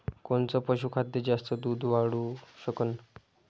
कोनचं पशुखाद्य जास्त दुध वाढवू शकन?